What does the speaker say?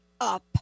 up